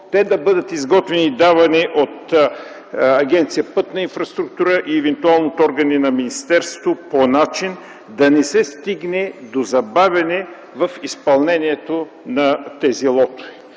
те да бъдат изготвени от Агенция „Пътна инфраструктура” и контролните органи на министерството по начин, че да не се стигне до забавяне в изпълнението на тези лотове.